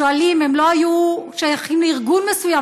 שואלים: הם לא היו שייכים לארגון מסוים,